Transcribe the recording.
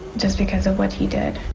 just because of what he did.